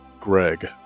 Greg